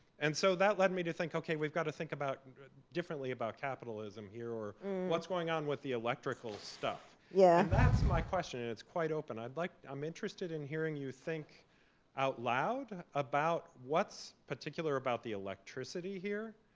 and so that led me to think, ok, we've got to think and differently about capitalism here, or what's going on with the electrical stuff. and yeah that's my question, and it's quite open. i'm like i'm interested in hearing you think out loud about what's particular about the electricity here?